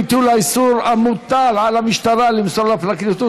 ביטול האיסור המוטל על המשטרה למסור לפרקליטות